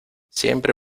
siempre